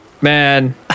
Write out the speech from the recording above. man